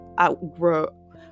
outgrow